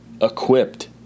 equipped